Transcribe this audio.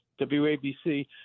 WABC